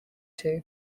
two